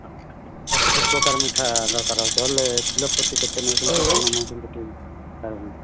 ତ ସବୁ ପ୍ରକାର ମିଠା ଦରକାର ହେଉଛି ହେଲେ କିଲୋ ପ୍ରତି କେତେ ନେଉଛନ୍ତି କ'ଣ ନେଉଛନ୍ତି ଟିକିଏ